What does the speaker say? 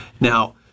Now